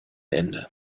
ende